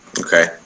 Okay